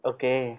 Okay